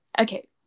okay